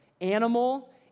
animal